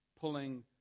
pulling